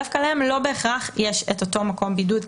דווקא להם לא בהכרח יש את אותו מקום בידוד,